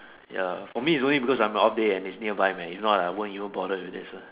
ya for me is only because I'm on off day and it's nearby man if not I won't even bother do this ah